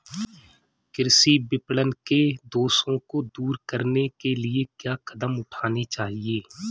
कृषि विपणन के दोषों को दूर करने के लिए क्या कदम उठाने चाहिए?